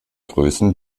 größen